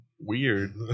Weird